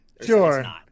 Sure